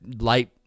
light